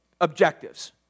objectives